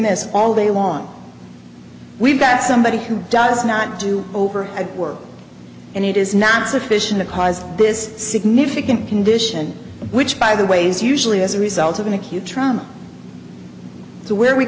this all day long we've got somebody who does not do over at work and it is not sufficient to cause this significant condition which by the ways usually as a result of an acute trauma to where we